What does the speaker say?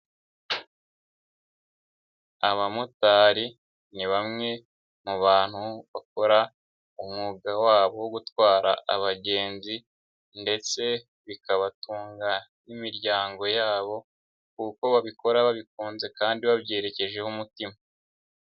Abamotari ni bamwe mu bantu bakora umwuga wabo wo gutwara abagenzi, ndetse bikabatunga n'imiryango yabo kuko babikora babikunze kandi babyerekeje ho umutima.